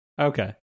okay